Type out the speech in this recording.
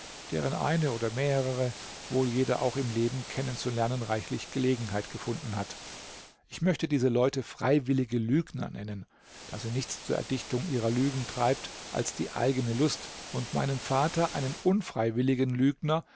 deren eine oder mehrere wohl jeder auch im leben kennenzulernen reichlich gelegenheit gefunden hat ich möchte diese leute freiwillige lügner nennen da sie nichts zur erdichtung ihrer lügen treibt als die eigene lust und meinen vater einen unfreiwilligen lügner